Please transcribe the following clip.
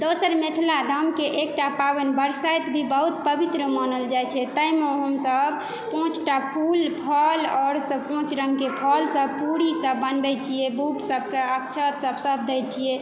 दोसर मिथिला धामके एक टा पावनि बरसाइत भी बहुत पवित्र मानल जाइ छै ताहिमे हम सब पाँच टा फूल फल आओर पाँच रङ्गके फल सब पूरी सब बनबै छियै सबके अक्षत सब सब दै छियै